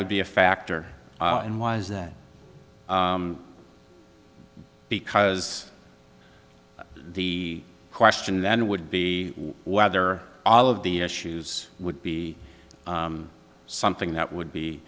would be a factor and was that because the question then would be whether all of the issues would be something that would be